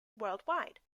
worldwide